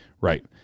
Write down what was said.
Right